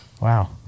Wow